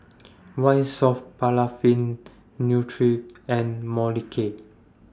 White Soft Paraffin Nutren and Molicare